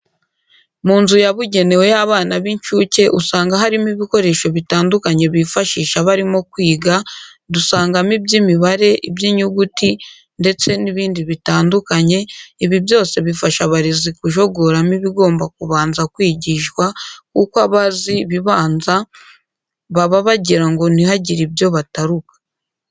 Mu nzu yabugenewe y'abana b'incuke usanga harimo ibikoresho bitandukanye bifashisha barimo kwiga, dusangamo iby'imibare, iby'inyuguti ndetse n'ibindi bitandukanye, ibi byose bifasha abarezi kujogoramo ibigomba kubanza kwigishwa kuko aba azi ibibanza, baba bagira ngo ntihagire ibyo bataruka.